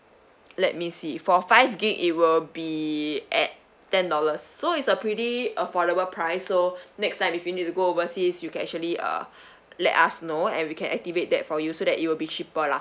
let me see for five gig it will be at ten dollars so is a pretty affordable price so next time if you need to go overseas you can actually uh let us know and we can activate that for you so that it will be cheaper lah